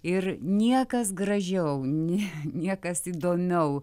ir niekas gražiau ne niekas įdomiau